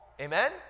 amen